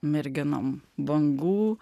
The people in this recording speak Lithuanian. merginom bangų